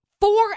four